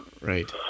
right